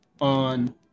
on